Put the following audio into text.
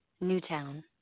Newtown